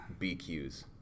BQs